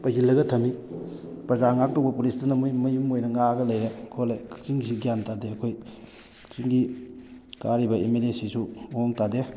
ꯄꯩꯁꯤꯜꯂꯒ ꯊꯝꯃꯤ ꯄ꯭ꯔꯖꯥ ꯉꯥꯛꯇꯧꯕ ꯄꯨꯂꯤꯁꯇꯨꯅ ꯃꯣꯏ ꯃꯌꯨꯝ ꯑꯣꯏꯅ ꯉꯥꯛꯑꯒ ꯂꯩꯔꯦ ꯈꯣꯠꯂꯦ ꯀꯛꯆꯤꯡꯁꯤ ꯒ꯭ꯌꯥꯟ ꯇꯥꯗꯦ ꯑꯩꯈꯣꯏ ꯁꯤꯒꯤ ꯀꯥꯔꯤꯕ ꯑꯦꯝ ꯑꯦꯜ ꯑꯦ ꯁꯤꯁꯨ ꯃꯑꯣꯡ ꯇꯥꯗꯦ